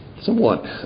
somewhat